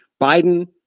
Biden